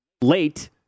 late